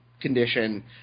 condition